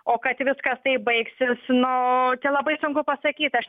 o kad viskas taip baigsis nu čia labai sunku pasakyt aš